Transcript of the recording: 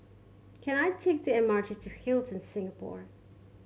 can I take the M R T to Hilton Singapore